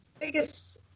biggest